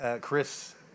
Chris